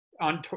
on